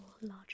larger